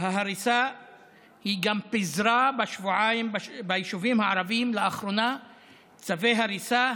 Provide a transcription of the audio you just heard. ההריסה היא גם פיזרה ביישובים הערביים לאחרונה צווי הריסה,